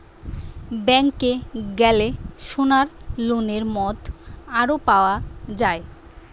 ব্যাংকে গ্যালে সোনার লোনের মত আরো পাওয়া যায়